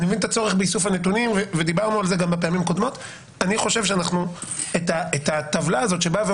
הצטרף אלינו גם חבר הכנסת דוידסון ברוך הבא.